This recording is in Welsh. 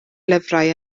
lyfrau